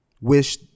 wish